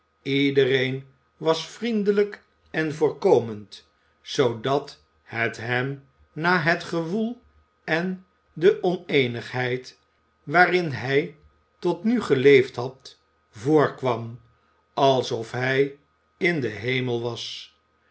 iedereen was vriendelijk en voorkomend zoodat het hem na het gewoel en de oneenigheid waarin hij tot nu geleefd had voorkwam alsof hij in den hemel was